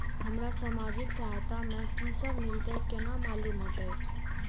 हमरा सामाजिक सहायता में की सब मिलते केना मालूम होते?